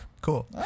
cool